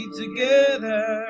together